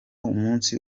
umunsi